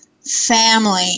family